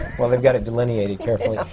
well, they've got it delineated carefully.